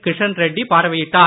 கிஷன் ரெட்டி பார்வையிட்டார்